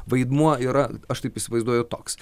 vaidmuo yra aš taip įsivaizduoju toks